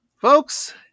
Folks